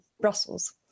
Brussels